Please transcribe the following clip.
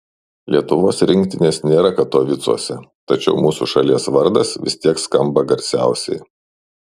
lietuvos rinktinės nėra katovicuose tačiau mūsų šalies vardas vis tiek skamba garsiausiai